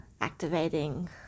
activating